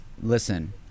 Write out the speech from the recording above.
Listen